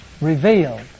Revealed